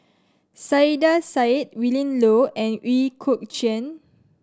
Saiedah Said Willin Low and Ooi Kok Chuen